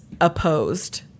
opposed